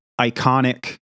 iconic